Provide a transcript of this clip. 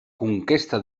conquesta